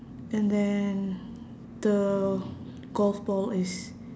and then the golf ball is